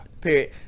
Period